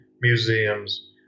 museums